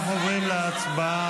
אנחנו עוברים להצבעה.